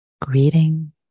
greeting